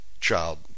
child